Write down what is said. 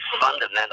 fundamental